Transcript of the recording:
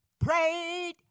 prayed